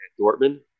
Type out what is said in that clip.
Dortmund